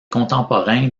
contemporain